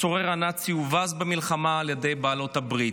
הצורר הנאצי הובס במלחמה על ידי בעלות הברית.